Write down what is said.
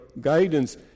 guidance